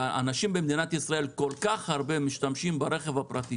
ואנשים במדינת ישראל כל כך הרבה משתמשים ברכב הפרטי